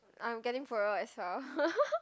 I am getting poorer as well